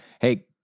Hey